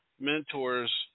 mentors